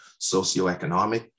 socioeconomic